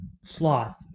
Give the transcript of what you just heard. sloth